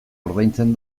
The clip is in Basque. ordaintzen